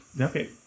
Okay